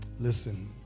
listen